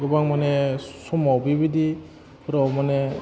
गोबां माने समाव बिबायदिफ्राव माने